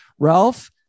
Ralph